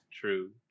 true